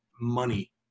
money